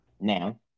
Now